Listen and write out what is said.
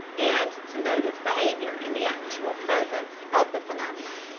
and to note its behaviour in the actual presence of the phenomena.